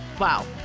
Wow